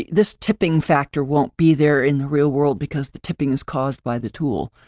this tipping factor won't be there in the real world because the tipping is caused by the tool,